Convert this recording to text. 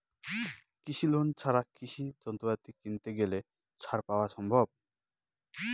কৃষি লোন ছাড়া কৃষি যন্ত্রপাতি কিনতে গেলে ছাড় পাওয়া সম্ভব?